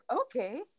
Okay